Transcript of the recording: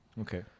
Okay